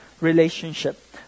relationship